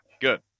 Good